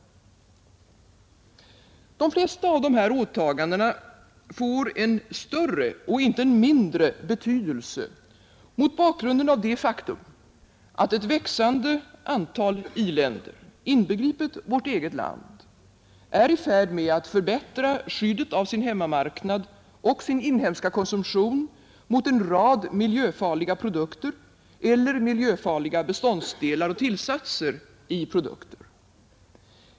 De flesta av dessa åtaganden får en större och icke en mindre betydelse mot bakgrunden av det faktum att ett växande antal i-länder, inbegripet vårt eget land, är i färd med att förbättra skyddet av sin hemmamarknad och sin inhemska konsumtion mot en rad miljöfarliga produkter eller miljöfarliga beståndsdelar och tillsatser i produkter.